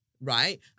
Right